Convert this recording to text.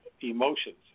emotions